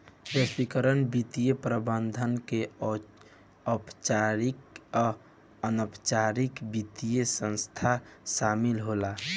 वैश्विक वित्तीय प्रबंधन में औपचारिक आ अनौपचारिक वित्तीय संस्थान शामिल होला